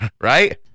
Right